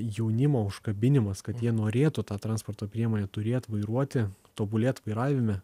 jaunimo užkabinimas kad jie norėtų tą transporto priemonę turėt vairuoti tobulėt vairavime